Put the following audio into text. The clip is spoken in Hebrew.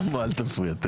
שלמה, אל תפריע.